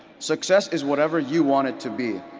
success is whatever you want it to be.